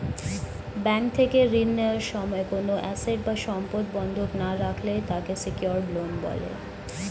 bank থেকে ঋণ নেওয়ার সময় কোনো অ্যাসেট বা সম্পদ বন্ধক না রাখলে তাকে সিকিউরড লোন বলে